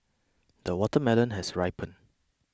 the watermelon has ripened